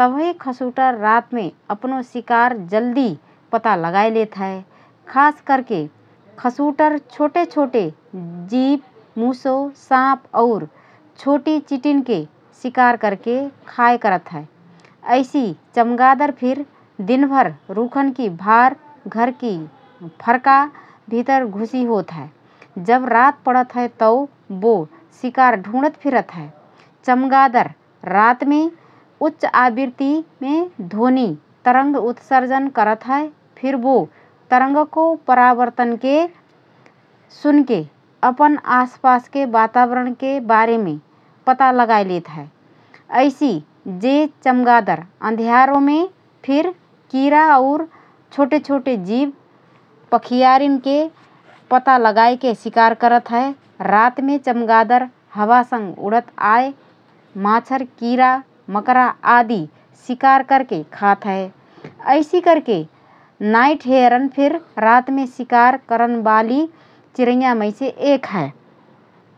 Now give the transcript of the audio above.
तबहि खसुटर रातमे अपनो शिकार जल्दी पता लगाएलेत हए । खास करके खसुटर छोटे छोटे जीव, मुसो, साँप और छोटी चिटिनके शिकार करके खाए करत हए । ऐसि चमगादर फिर दिनभर रुखनकी भार, घरकी फर्का भितर घुसी सोत हए । जब रात पडत हए तओ बो सिकार ढुँडत फिरत हए । चमगादर रातमे उच्च आवृत्तिमे ध्वनि तरंग उत्सर्जन करत हए फिर बो तरंगको परावर्तनके सुनके अपन आसपासको वातावरणके बारेमे पता लगात हए । ऐसि जे चमगादर अँध्यारोमे फिर किरा और छोटे छोटे जीव, पखियारीनके पता लगाएके शिकार करत हए । रातमे चमगादर हावासँग उडत आए माछार, किरा, मकरा आदि शिकार करके खात हए । ऐसि करके नाइट हेरन फिर रातमे शिकार करनबाली चिरैँयामैसे एक हए ।